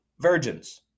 virgins